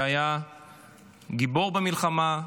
שהיה גיבור במלחמה,